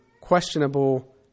questionable